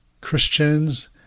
Christians